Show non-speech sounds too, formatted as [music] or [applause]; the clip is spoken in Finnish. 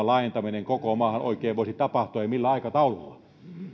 [unintelligible] laajentaminen koko maahan oikein voisi tapahtua ja millä aikataululla